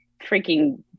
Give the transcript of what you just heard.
freaking